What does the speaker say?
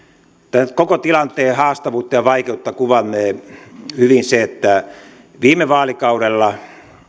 tämän koko tilanteen haastavuutta ja vaikeutta kuvannee hyvin se että viime vaalikaudella